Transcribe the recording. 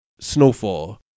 Snowfall